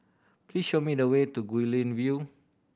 please show me the way to Guilin View